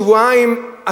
שבועיים,